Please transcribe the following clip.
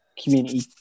community